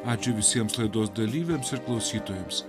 ačiū visiems laidos dalyviams ir klausytojams